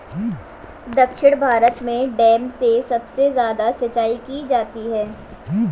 दक्षिण भारत में डैम से सबसे ज्यादा सिंचाई की जाती है